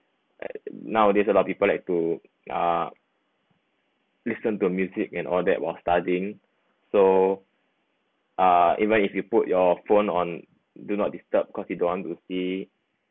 nowadays a lot of people like to uh listen to music and all that while studying so uh even if you put your phone on do not disturb cause you don't want to see